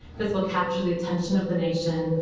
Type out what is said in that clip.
this will capture the attention of the nation.